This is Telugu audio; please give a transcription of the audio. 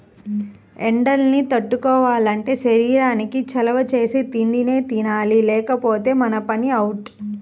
ఎండల్ని తట్టుకోవాలంటే శరీరానికి చలవ చేసే తిండినే తినాలి లేకపోతే మన పని అవుటే